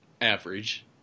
average